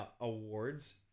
awards